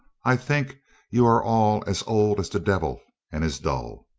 i think you are all as old as the devil and as dull.